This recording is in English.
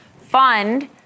fund